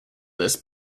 this